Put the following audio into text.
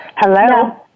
Hello